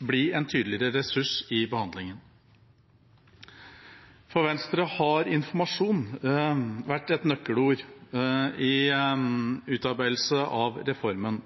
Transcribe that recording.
bli en tydeligere ressurs i behandlingen. For Venstre har informasjon vært et nøkkelord i utarbeidelsen av reformen.